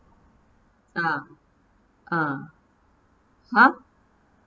ah ah !huh!